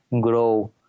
Grow